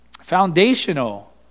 foundational